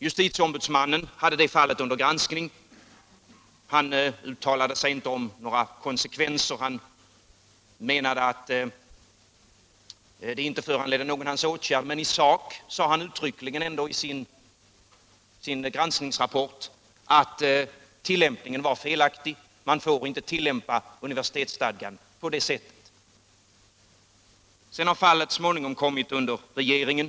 Justitieombudsmannen hade fallet till granskning. Han uttalade sig inte om några konsekvenser. Granskningen föranledde inte någon åtgärd från hans sida. Men i sak sade han ändå uttryckligen i sin granskningsrapport att tillämpningen var felaktig. Man får inte tillämpa universitetsstadgan på det sättet. Sedan har fallet så småningom kommit till regeringen.